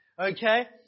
Okay